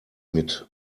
mit